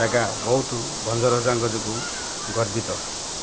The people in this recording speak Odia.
ଜାଗା ବହୁତ ଭଞ୍ଜରଜାଙ୍କ ଯୋଗୁଁ ଗର୍ବିତ